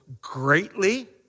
greatly